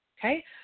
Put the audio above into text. Okay